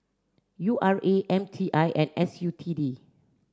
U R A M T I and S U T D